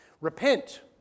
Repent